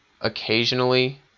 occasionally